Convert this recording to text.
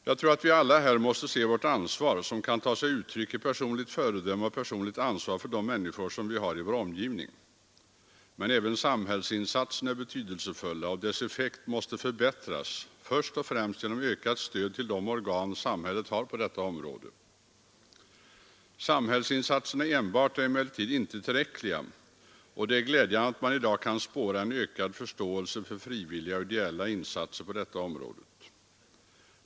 Jag tror att vi alla här måste se vårt ansvar, som kan ta sig uttryck i personligt föredöme och personligt ansvar för de människor vi har i vår omgivning. Men samhällsinsatserna är betydelsefulla och deras effekt måste förbättras, först och främst genom ökat stöd till de organ samhället har på detta område. Samhällsinsatserna enbart är emellertid inte tillräckliga, och det är glädjande att man i dag kan spåra en ökad förståelse för frivilliga och ideella insatser på detta område.